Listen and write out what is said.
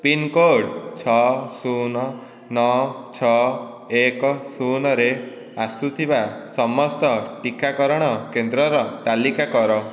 pincode ଛଅ ଶୂନ ନଅ ଛଅ ଏକ ଶୂନରେ ଆସୁଥିବା ସମସ୍ତ ଟିକାକରଣ କେନ୍ଦ୍ରର ତାଲିକା କର